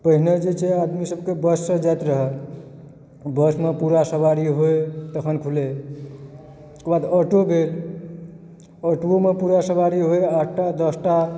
पहिने जे छै आदमी सबकेँ बससंँ जाइत रहए बसमे पूरा सवारी होय तखन खुलै ओकर बाद ऑटो भेल ऑटो ओम पूरा सवारी होइ आठटा दशटा